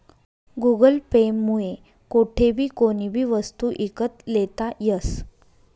Google Pay मुये कोठेबी कोणीबी वस्तू ईकत लेता यस